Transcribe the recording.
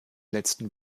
letzten